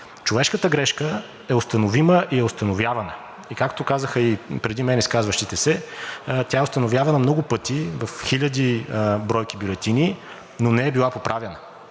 Човешката грешка е установима и е установявана. И както казаха и преди мен изказващите се, тя е установявана много пъти в хиляди бройки бюлетини, но не е била поправяна,